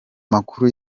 makuru